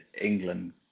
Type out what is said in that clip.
England